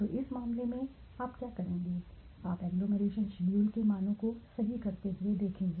तो इस मामले में आप क्या करेंगे आप एग्लोमरेशन शेड्यूल को मानों को सही करते हुए देखेंगे